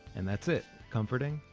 and that's it, comforting,